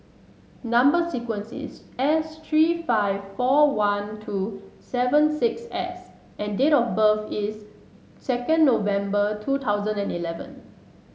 number sequence is S three five four one two seven six S and date of birth is second November two thousand and eleven